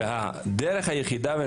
הדרך היחידה,